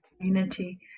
community